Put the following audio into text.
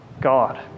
God